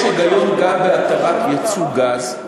יש היגיון גם בהתרת ייצוא גז,